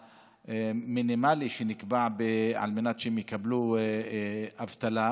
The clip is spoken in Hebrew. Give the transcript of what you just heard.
המינימלי שנקבע על מנת שהם יקבלו אבטלה.